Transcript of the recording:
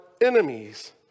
enemies